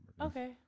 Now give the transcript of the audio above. Okay